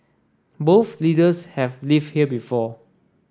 both leaders have lived here before